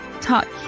touch